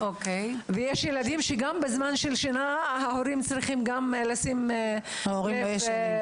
ויש הורים שצריכים להשגיח ולדאוג גם כשהילדים שלהם ישנים.